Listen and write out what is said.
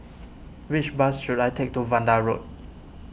which bus should I take to Vanda Road